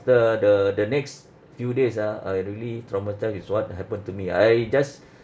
after the the next few days ah I really traumatised with what happened to me I just